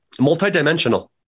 multidimensional